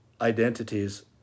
identities